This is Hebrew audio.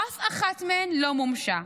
אף אחת מהן לא מומשה.